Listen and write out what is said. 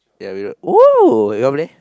ya we were !whoo! you wanna play